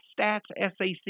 StatsSAC